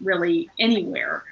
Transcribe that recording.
really anywhere.